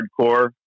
hardcore